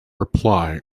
reply